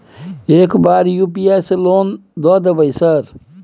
एक बार यु.पी.आई से लोन द देवे सर?